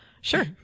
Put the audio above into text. Sure